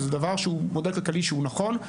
וזה דבר שהוא מודל כלכלי שהוא נכון,